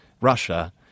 Russia